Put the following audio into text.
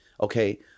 Okay